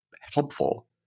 helpful